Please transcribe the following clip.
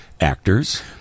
actors